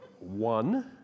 One